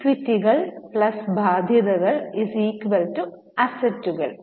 ഇക്വിറ്റികൾ ബാധ്യതകൾ അസറ്റുകൾ